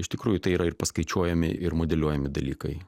iš tikrųjų tai yra ir paskaičiuojami ir modeliuojami dalykai